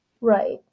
Right